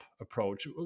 approach